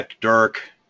Dirk